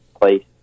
place